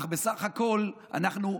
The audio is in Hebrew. אך בסך הכול אנחנו,